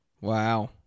wow